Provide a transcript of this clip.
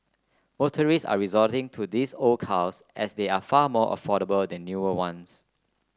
motorists are resorting to these old cars as they are far more affordable than newer ones